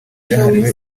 cyahariwe